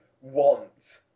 want